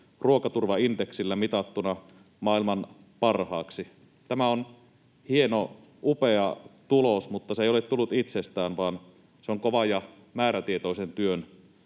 ruokaturvaindeksillä mitattuna maailman parhaaksi. Tämä on hieno, upea tulos, mutta se ei ole tullut itsestään, vaan se on kovan ja määrätietoisen työn